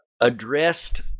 addressed